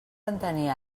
entenia